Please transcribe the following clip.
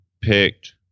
picked